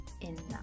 enough